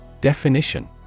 Definition